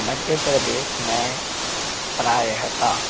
मध्य प्रदेश में प्रायतः